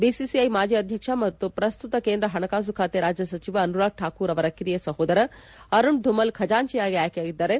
BCCI ಮಾಜಿ ಅಧ್ಯಕ್ಷ ಮತ್ತು ಪ್ರಸ್ತುತ ಕೇಂದ್ರ ಹಣಕಾಸು ಖಾತೆ ರಾಜ್ಯ ಸಚಿವ ಅನುರಾಗ್ ಠಾಕೂರ್ ಅವರ ಕಿರಿಯ ಸಹೋದರ ಅರುಣ್ ಧುಮಲ್ ಖಜಾಂಚಿಯಾಗಿ ಆಯ್ಕೆಯಾಗಿದ್ದಾರೆ